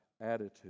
attitude